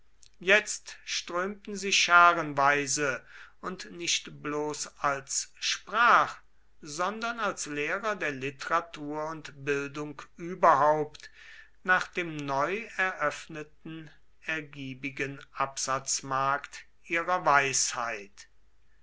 jetzt strömten sie scharenweise und nicht bloß als sprach sondern als lehrer der literatur und bildung überhaupt nach dem neu eröffneten ergiebigen absatzmarkt ihrer weisheit